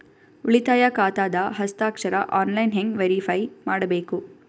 ಉಳಿತಾಯ ಖಾತಾದ ಹಸ್ತಾಕ್ಷರ ಆನ್ಲೈನ್ ಹೆಂಗ್ ವೇರಿಫೈ ಮಾಡಬೇಕು?